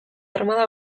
armada